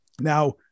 Now